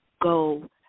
go